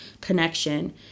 connection